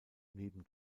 neben